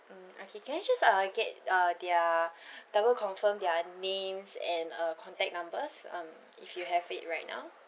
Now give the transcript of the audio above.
mm okay can I just uh get uh their double confirm their names and uh contact numbers um if you have it right now